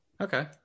okay